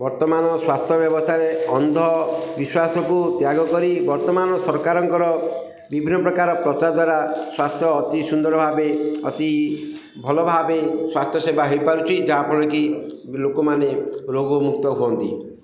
ବର୍ତ୍ତମାନ ସ୍ୱାସ୍ଥ୍ୟ ବ୍ୟବସ୍ଥାରେ ଅନ୍ଧବିଶ୍ୱାସକୁ ତ୍ୟାଗ କରି ବର୍ତ୍ତମାନ ସରକାରଙ୍କର ବିଭିନ୍ନ ପ୍ରକାର ପ୍ରଚାର ଦ୍ୱାରା ସ୍ୱାସ୍ଥ୍ୟ ଅତି ସୁନ୍ଦର ଭାବେ ଅତି ଭଲ ଭାବେ ସ୍ୱାସ୍ଥ୍ୟ ସେବା ହେଇପାରୁଛି ଯାହାଫଳରେ କି ଲୋକମାନେ ରୋଗମୁକ୍ତ ହୁଅନ୍ତି